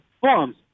forms